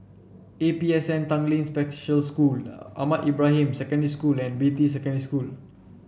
A P S N Tanglin Special School Ahmad Ibrahim Secondary School and Beatty Secondary School